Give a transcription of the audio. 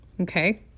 Okay